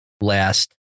last